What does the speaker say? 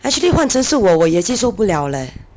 actually 换成是我我也接受不了 leh